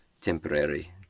temporary